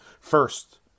First